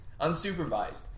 unsupervised